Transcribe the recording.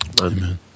Amen